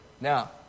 Now